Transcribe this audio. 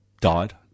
died